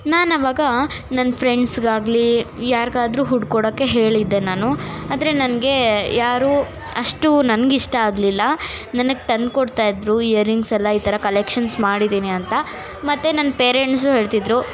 ನಾನು ಆವಾಗ ನನ್ನ ಫ್ರೆಂಡ್ಸ್ಗಾಗಲಿ ಯಾರಿಗಾದ್ರು ಹುಡ್ಕೊಡೊಕ್ಕೆ ಹೇಳಿದೆ ನಾನು ಆದರೆ ನನಗೆ ಯಾರೂ ಅಷ್ಟೂ ನನಗೆ ಇಷ್ಟ ಆಗಲಿಲ್ಲ ನನಗೆ ತಂದುಕೊಡ್ತಾಯಿದ್ರು ಇಯರಿಂಗ್ಸ್ ಎಲ್ಲ ಈ ಥರ ಕಲೆಕ್ಷನ್ಸ್ ಮಾಡಿದ್ದೀನಿ ಅಂತ ಮತ್ತು ನನ್ನ ಪೇರೆಂಟ್ಸು ಹೇಳ್ತಿದ್ರು